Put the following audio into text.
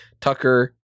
Tucker